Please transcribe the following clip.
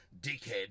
dickhead